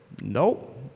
Nope